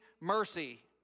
mercy